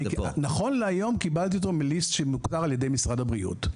נכון להיום קיבלתי אותו מ-list שמוגדר על-ידי משרד הבריאות.